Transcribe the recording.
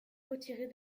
retirée